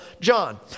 John